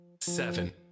seven